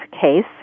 case